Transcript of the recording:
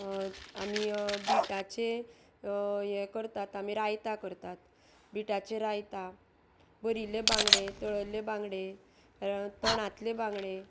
आमी बिटाचे हे करतात आमी रायता करतात बिटाचे रायता बरील्ले बांगडे तळल्ले बांगडे तणांतले बांगडे